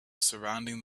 surrounding